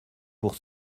pour